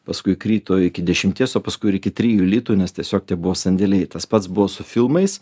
paskui krito iki dešimties o paskui ir iki trijų litų nes tiesiog tie buvo sandėliai tas pats buvo su filmais